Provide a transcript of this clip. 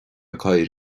cathaoir